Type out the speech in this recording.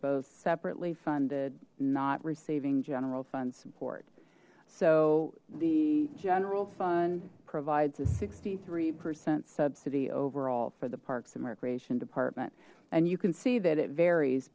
both separately funded not receiving general fund support so the general fund provides a sixty three percent subsidy overall for the parks and recreation department and you can see that it varies